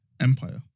Empire